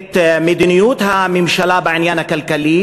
את מדיניות הממשלה בעניין הכלכלי